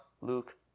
Luke